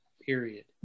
Period